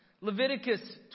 Leviticus